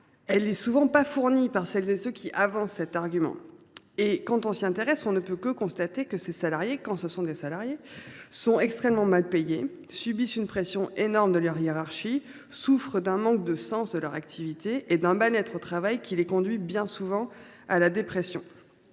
n’est pas souvent fournie par celles et ceux qui avancent cet argument. Quand on s’intéresse à cette question, on ne peut que constater que ces opérateurs, quand ils bénéficient du statut de salarié, sont extrêmement mal payés, subissent une pression énorme de leur hiérarchie, souffrent du manque de sens de leur activité et d’un mal être au travail qui les conduit bien souvent à la dépression.